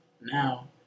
now